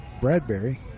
Bradbury